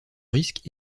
risque